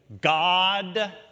God